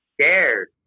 scared